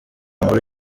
nkuru